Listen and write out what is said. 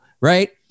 right